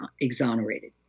exonerated